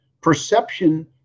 perception